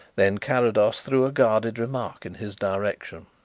then carrados threw a guarded remark in his direction.